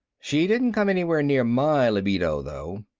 she didn't come anywhere near my libido, though.